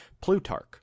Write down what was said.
Plutarch